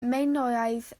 minoaidd